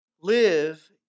Live